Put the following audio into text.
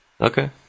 Okay